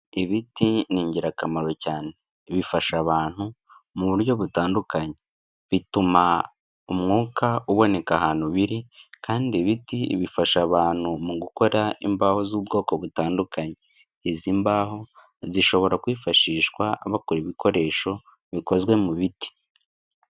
Ibiti ni ingirakamaro cyane. Bifasha abantu mu buryo butandukanye. Bituma umwuka uboneka ahantu biri kandi ibiti bifasha abantu mu gukora imbaho z'ubwoko butandukanye. Izi mbaho zishobora kwifashishwa bakora ibikoresho bikozwe mu biti.